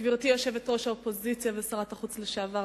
גברתי יושבת-ראש האופוזיציה ושרת החוץ לשעבר,